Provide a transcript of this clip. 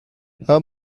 her